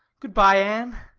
goodbye, anne.